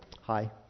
Hi